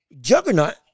juggernaut